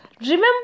remember